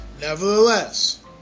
Nevertheless